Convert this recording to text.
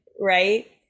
right